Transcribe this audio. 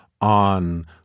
on